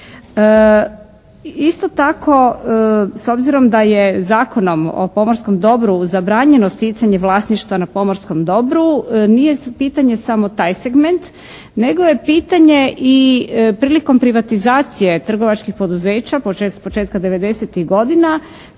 Isto tako s obzirom da je Zakonom o pomorskom dobru zabranjeno sticanje vlasništva na pomorskom dobru, nije pitanje samo taj segment nego je pitanje i prilikom privatizacije trgovačkih poduzeća s početka 90-tih godina,